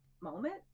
moment